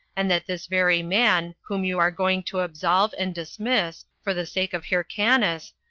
and that this very man, whom you are going to absolve and dismiss, for the sake of hyrcanus,